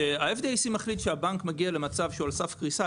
כשה-FDIC מחליט שהבנק מגיע למצב שהוא על סף קריסה,